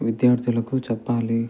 విద్యార్థులకు చెప్పాలి